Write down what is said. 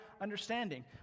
understanding